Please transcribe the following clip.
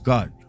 God